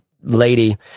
lady